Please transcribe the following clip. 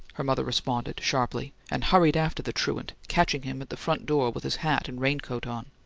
her mother responded, sharply and hurried after the truant, catching him at the front door with his hat and raincoat on.